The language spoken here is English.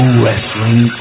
wrestling